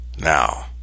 Now